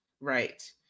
right